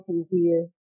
easier